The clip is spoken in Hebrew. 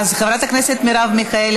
חברת הכנסת מרב מיכאלי,